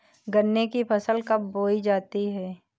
गन्ने की फसल कब बोई जाती है?